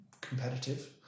competitive